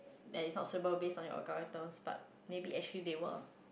that is not suitable based on your algorithms but maybe actually they were